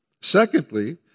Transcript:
Secondly